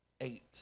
eight